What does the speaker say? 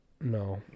No